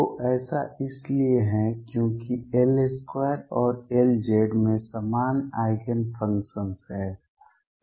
तो ऐसा इसलिए है क्योंकि L2 और Lz में समान आइगेन फंक्शन्स हैं